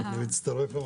אני מצטרף למחמאות.